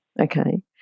Okay